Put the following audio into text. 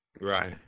Right